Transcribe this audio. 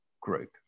group